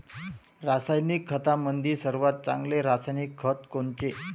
रासायनिक खतामंदी सर्वात चांगले रासायनिक खत कोनचे?